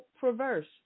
perverse